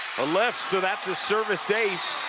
a lift, so that's a service ace